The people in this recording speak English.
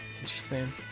interesting